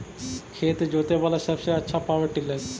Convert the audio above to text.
खेत जोते बाला सबसे आछा पॉवर टिलर?